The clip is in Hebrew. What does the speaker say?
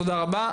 תודה רבה.